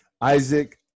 Isaac